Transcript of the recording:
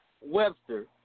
Webster